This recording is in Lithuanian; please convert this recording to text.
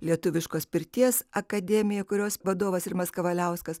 lietuviškos pirties akademija kurios vadovas rimas kavaliauskas